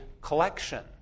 collection